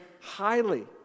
highly